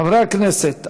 חברי הכנסת,